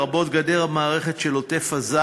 לרבות גדר המערכת של עוטף-עזה,